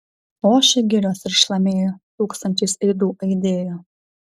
ošė girios ir šlamėjo tūkstančiais aidų aidėjo